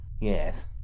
Yes